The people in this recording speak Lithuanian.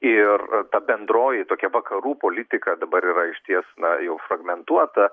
ir bendroji tokia vakarų politika dabar yra išties na jau fragmentuota